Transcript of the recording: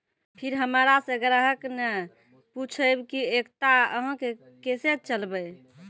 फिर हमारा से ग्राहक ने पुछेब की एकता अहाँ के केसे चलबै?